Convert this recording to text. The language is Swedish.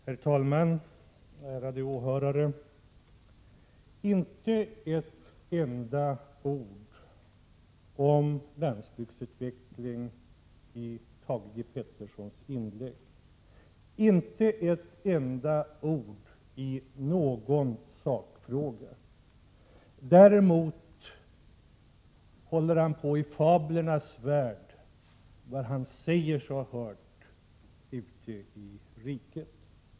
Herr talman! Ärade åhörare! Det finns inte ett enda ord om landsbygdsutveckling i Thage G Petersons inlägg och inte ett enda ord i någon sakfråga. Däremot går han in i fablernas värld och talar om det han säger sig ha hört ute i riket.